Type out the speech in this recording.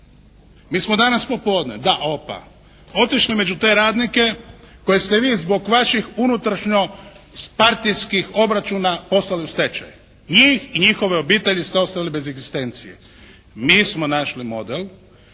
Mi smo danas popodne, da opa, otišli među te radnike koje ste vi zbog vaših unutrašnjo-partijskih obračuna poslali u stečaj, njih i njihove obitelji ste ostavili bez egzistencije. Mi smo našli model